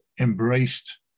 embraced